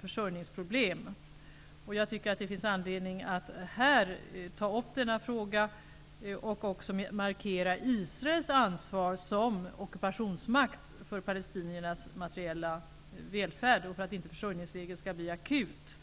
försörjningsproblem för palestinierna. Det finns anledning att här ta upp denna fråga och att också markera Israels ansvar som ockupationsmakt för palestiniernas materiella välfärd så att försörjningsläget inte skall bli akut.